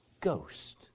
Ghost